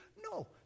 No